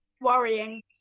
worrying